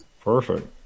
Perfect